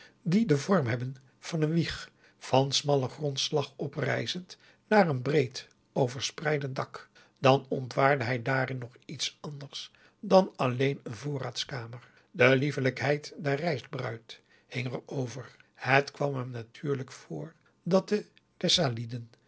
die den vorm hebben van een wieg van smallen grondslag oprijzend naar een breed overspreidend dak dan ontwaarde hij daarin nog iets anders dan alleen een voorraads kamer de liefelijkheid der rijst bruid hing er over het kwam hem natuurlijk voor dat de